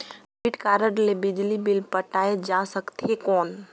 Debit card ले बिजली bill पटाय जा सकथे कौन?